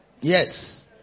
Yes